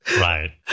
Right